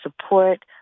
support